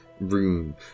room